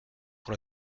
pour